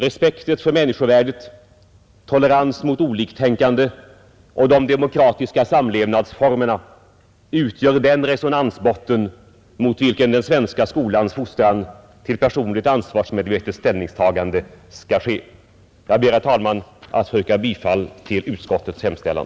Respekt för människovärdet, tolerans mot oliktänkande och de demokratiska samlevnadsformerna utgör den resonansbotten mot vilken den svenska skolans fostran till personligt ansvarsmedvetet ställningstagande skall ske. Jag ber, herr talman, att få yrka bifall till utskottets hemställan.